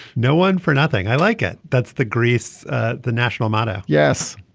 no one for nothing. i like it. that's the greece the national motto yes.